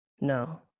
no